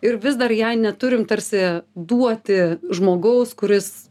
ir vis dar jai neturim tarsi duoti žmogaus kuris